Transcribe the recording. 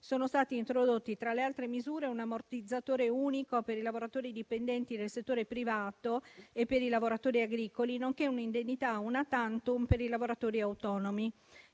sono stati introdotti, tra le altre misure, un ammortizzatore unico per i lavoratori dipendenti del settore privato e per i lavoratori agricoli, nonché un'indennità *una tantum* per i lavoratori autonomi.